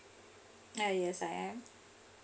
ah yes I am